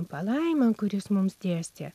palaima kuris mums dėstė